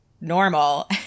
normal